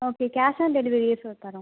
okay cash on டெலிவரியே sir தரோம்